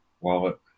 Wallet